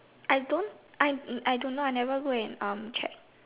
I don't I do not I do not really go and check